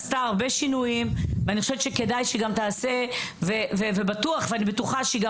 עשתה הרבה שינויים ואני חושבת שכדי שתעשה ובטוח ואני בטוחה שהיא גם